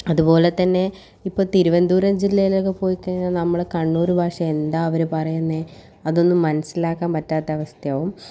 അതുപോലെതന്നെ ഇപ്പോൾ തിരുവനന്തപുരം ജില്ലയിലൊക്കെ പോയിക്കഴിഞ്ഞാൽ നമ്മളെ കണ്ണൂർ ഭാഷ എന്താ അവർ പറയുന്നത് അതൊന്നും മനസ്സിലാക്കാൻ പറ്റാത്ത അവസ്ഥയാവും